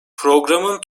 programın